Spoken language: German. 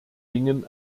dingen